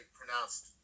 pronounced